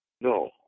No